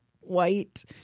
white